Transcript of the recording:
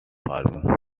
farming